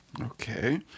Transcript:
Okay